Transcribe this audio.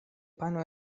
pano